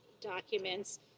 documents